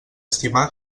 estimar